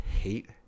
hate